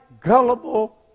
gullible